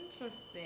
Interesting